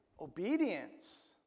Obedience